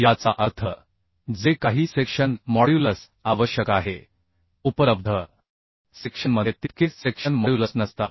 याचा अर्थ जे काही सेक्शन मॉड्युलस आवश्यक आहे उपलब्ध सेक्शनमध्ये तितके सेक्शन मॉड्युलस नसतात